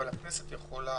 אבל הכנסת יכולה